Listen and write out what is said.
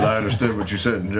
ah understood what you said